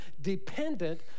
dependent